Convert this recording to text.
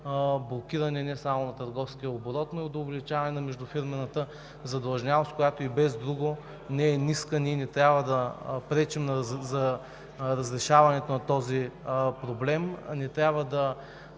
блокиране не само на търговския оборот, но и до увеличаване на междуфирмената задлъжнялост, която и без друго не е ниска. Ние не трябва да пречим за разрешаването на този проблем, не трябва да